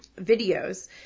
videos